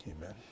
Amen